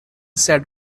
said